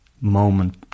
moment